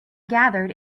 gathered